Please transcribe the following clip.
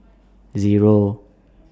Zero